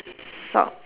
sort